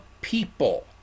people